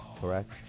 correct